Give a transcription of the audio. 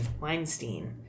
Weinstein